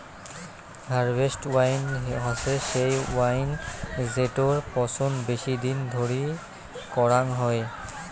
harvest wine হসে সেই wine জেটোর পচন বেশি দিন ধরে করাং হই